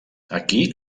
aquí